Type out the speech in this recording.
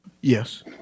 Yes